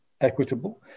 equitable